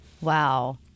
Wow